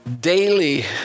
Daily